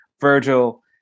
Virgil